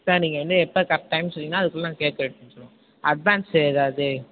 sir நீங்கள் வந்து எப்போ கரெக்ட் டைம் சொன்னிங்கன்னா அதுக்குள்ளே நாங்கள் கேக்கு எடுத்து வச்சிருவோம் அட்வான்ஸ்ஸு எதாவது